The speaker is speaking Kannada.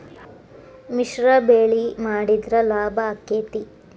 ಮಿಶ್ರ ಬೆಳಿ ಮಾಡಿದ್ರ ಲಾಭ ಆಕ್ಕೆತಿ?